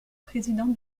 présidente